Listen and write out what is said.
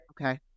Okay